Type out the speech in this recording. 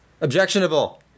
Objectionable